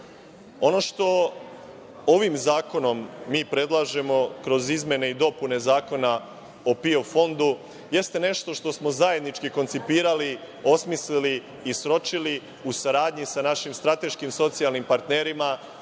što ovim zakonom mi predlažemo kroz izmene i dopune Zakona o PIO fondu jeste nešto što smo zajednički koncipirali, osmislili i sročili, u saradnji sa našim strateškim socijalnim partnerima,